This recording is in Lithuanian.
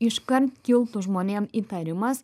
iškart kiltų žmonėm įtarimas